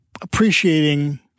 appreciating